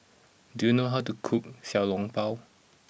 do you know how to cook Xiao Long Bao